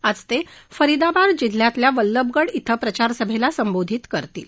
आज ते फरिदाबाद जिल्ह्यातल्या वल्लभगड धिं प्रचारसभेला संबोधित करतील